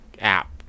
app